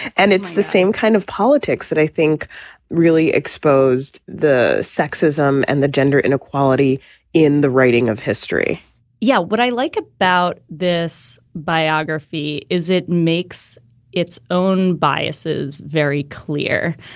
and it's the same kind of politics that i think really exposed the sexism and the gender inequality in the writing of history yeah. what i like about this biography is it makes its own. biases very clear.